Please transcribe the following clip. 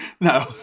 No